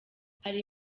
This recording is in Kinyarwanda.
hari